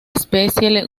especie